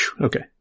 okay